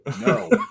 no